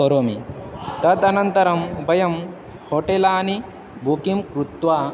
करोमि तदनन्तरं वयं होटेलानां बुकिङ्ग् कृत्वा